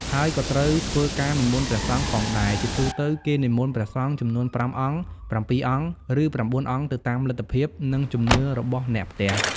ហើយក៏ត្រូវ ធ្វើការនិមន្តព្រះសង្ឃផងដែរ ជាទូទៅ គេនិមន្តព្រះសង្ឃចំនួន ៥ អង្គ ៧ អង្គ ឬ ៩ អង្គ ទៅតាមលទ្ធភាព និងជំនឿរបស់អ្នកផ្ទះ។